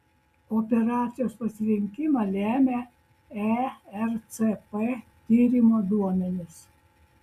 operacijos pasirinkimą lemia ercp tyrimo duomenys